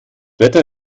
wetter